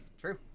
True